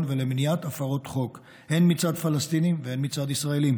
ולמניעת הפרות חוק הן מצד פלסטינים והן מצד ישראלים.